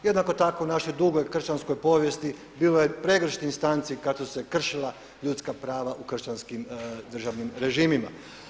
Jednako tako u našoj dugoj kršćanskoj povijesti bilo je pregršt instanci kada su se kršila ljudska prava u kršćanskim državnim režimima.